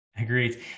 Agreed